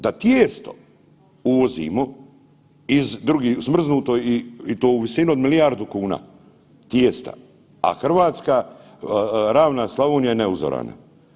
Da tijesto uvozimo smrznuto i to u visini od milijardu kuna, tijesta, a Hrvatska ravna Slavonija je neuzorana.